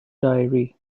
diary